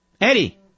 Eddie